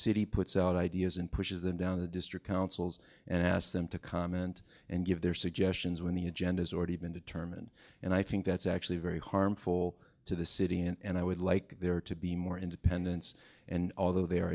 city puts out ideas and pushes them down the district councils and asked them to comment and give their suggestions when the agenda has already been determined and i think that's actually very harmful to the city and i would like there to be more independence and although the